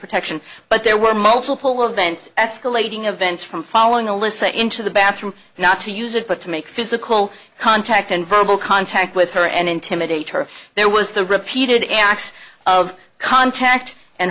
protection but there were multiple events escalating of vents from following alyssa into the bathroom not to use it but to make physical contact and verbal contact with her and intimidate her there was the repeated acts of contact and